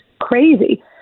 crazy